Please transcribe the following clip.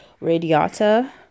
radiata